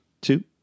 two